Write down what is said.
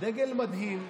דגל מדהים,